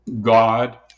God